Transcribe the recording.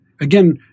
Again